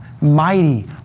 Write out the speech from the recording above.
mighty